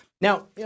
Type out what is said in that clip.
Now